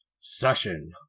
session